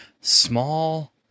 small